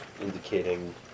indicating